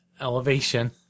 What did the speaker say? Elevation